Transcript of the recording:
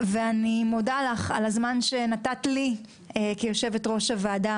אני מודה לך על הזמן שנתת לי כיושבת ראש הוועדה,